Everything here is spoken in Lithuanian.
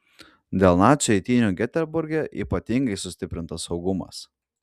dėl nacių eitynių geteborge ypatingai sustiprintas saugumas